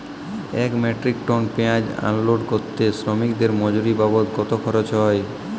এক metric ton পেঁয়াজ unload করতে শ্রমিকের মজুরি বাবদ কত খরচ হয়?